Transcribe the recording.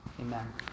Amen